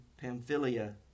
Pamphylia